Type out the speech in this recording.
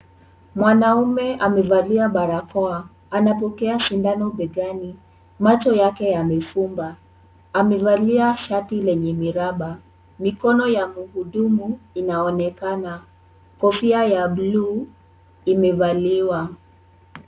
Mwanaume amevalia barakao, anapokea sindano begani, macho yake yamefungwa, amevalia shati yenye miraba, mikono ya mhudumu inaonekana. Kofia ya blue imevaliwa.